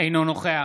אינו נוכח